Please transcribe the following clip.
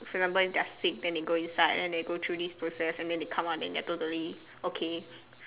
for example if they're sick then they go inside then they go through these process then they come out then they are totally okay